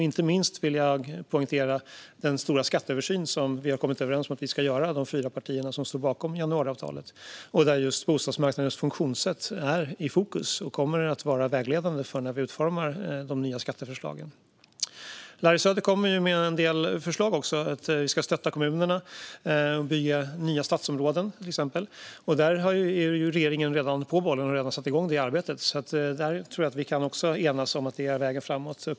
Inte minst vill jag poängtera den stora skatteöversyn som de fyra partier som står bakom januariavtalet har kommit överens om att göra, där just bostadsmarknadens funktionssätt är i fokus och kommer att vara vägledande när vi utformar de nya skatteförslagen. Larry Söder kommer också med en del förslag, till exempel att vi ska stötta kommunerna och bygga nya stadsområden. Regeringen är redan på den bollen och har satt igång det arbetet, så jag tror att vi kan enas om att det är vägen framåt.